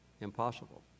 impossible